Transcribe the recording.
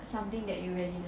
something that you really like